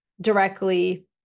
directly